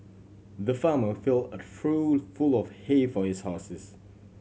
the farmer filled a trough full of hay for his horses